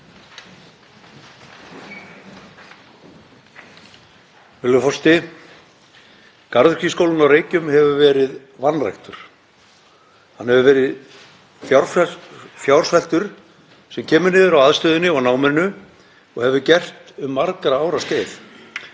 forseti. Garðyrkjuskólinn á Reykjum hefur verið vanræktur. Hann hefur verið fjársveltur sem kemur niður á aðstöðunni og náminu og hefur gert um margra ára skeið.